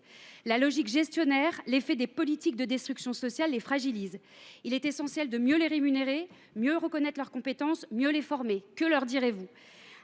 La logique gestionnaire et les politiques de destruction sociale les fragilisent. Il est essentiel de mieux les rémunérer, de mieux reconnaître leurs compétences et de mieux les former. Que leur direz vous ?